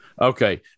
Okay